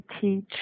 teach